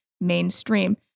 mainstream